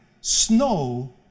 snow